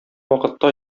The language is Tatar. вакытта